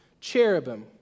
cherubim